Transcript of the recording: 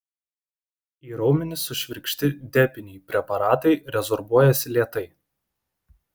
į raumenis sušvirkšti depiniai preparatai rezorbuojasi lėtai